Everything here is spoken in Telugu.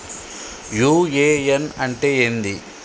యు.ఎ.ఎన్ అంటే ఏంది?